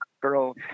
girl